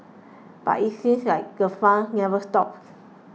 but it seems like the fun never stops